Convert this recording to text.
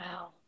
Wow